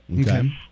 Okay